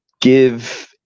give